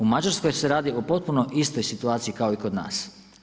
U Mađarskoj se radi o potpuno istoj situaciji kao i kod nas.